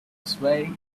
sway